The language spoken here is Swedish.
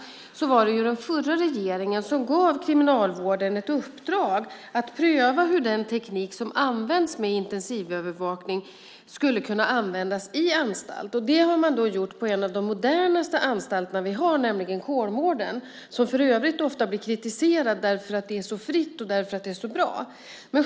Det var den förra regeringen som gav Kriminalvården ett uppdrag att pröva hur den teknik som används med intensivövervakning skulle kunna användas i anstalt. Det har man gjort på en av de modernaste anstalter vi har, nämligen Kolmården. Den blir för övrigt ofta kritiserad för att det är så fritt och så bra.